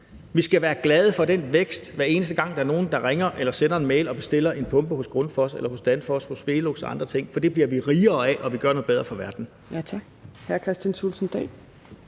Vi skal være glade for den vækst, hver eneste gang der er nogen der ringer eller sender en mail og bestiller en pumpe hos Grundfos eller hos Danfoss eller noget hos Velux eller hos andre, for det bliver vi rigere af, og vi gør noget godt for verden.